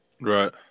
Right